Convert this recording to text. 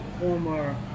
former